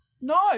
No